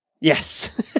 Yes